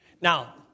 Now